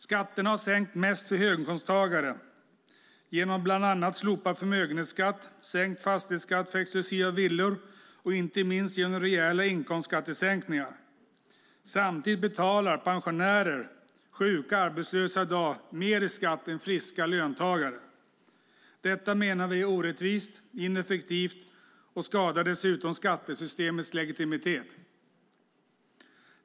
Skatterna har sänkts mest för höginkomsttagare genom bland annat slopad förmögenhetsskatt, sänkt fastighetsskatt för exklusiva villor och inte minst rejäla inkomstskattesänkningar. Samtidigt betalar pensionärer, sjuka och arbetslösa i dag mer i skatt än friska löntagare. Detta menar vi är orättvist och ineffektivt. Dessutom skadar det skattesystemets legitimitet.